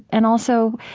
and also,